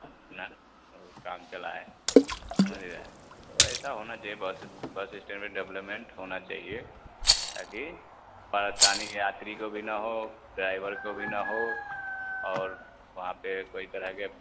अपना ओ काम चलाए समझ गए तो ऐसा होना चाहिए बस बस इस्टैंड में डेवलामेंट होना चाहिए ताकि परेशानी यात्री को भी न हो ड्राइवर को भी न हो और वहाँ पर कोई तरह के